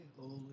holy